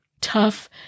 tough